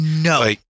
No